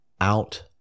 out